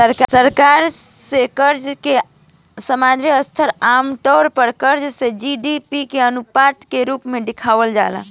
सरकार से कर्जा के समग्र स्तर आमतौर पर कर्ज से जी.डी.पी के अनुपात के रूप में देखावल जाला